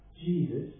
Jesus